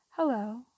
Hello